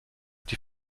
die